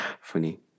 Funny